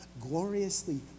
gloriously